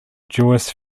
jewish